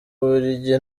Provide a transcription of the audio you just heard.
ububiligi